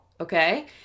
okay